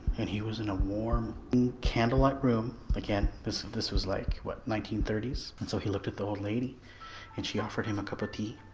and he was in a warm candlelight room again this this was like what nineteen thirty s and so he looked at the old lady and she offered him a cup of tea,